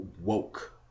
woke